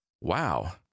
Wow